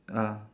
ah